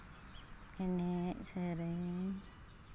ᱮᱱᱮᱡ ᱥᱮᱨᱮᱧ